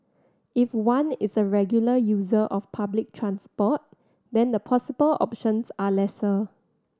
if one is a regular user of public transport then the possible options are lesser